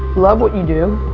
love what you do.